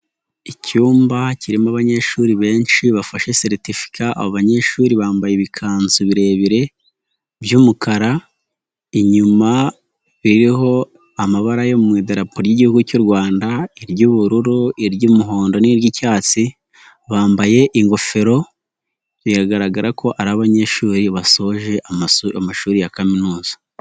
Icyumba kirimo abanyeshuri benshi bafashe seretifika, abo banyeshuri bambaye ibikanzu birebire by'umukara, inyuma biriho amabara yo mu iderapo ry'igihugu cy'u Rwanda, iry'ubururu, iry'umuhondo n'iry'icyatsi, bambaye ingofero, biragaragara ko ari abanyeshuri basoje amashuri ya kaminuza.